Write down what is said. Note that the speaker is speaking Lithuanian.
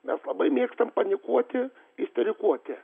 mes labai mėgstam panikuoti isterikuoti